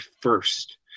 first